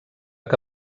que